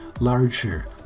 larger